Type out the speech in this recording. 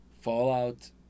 Fallout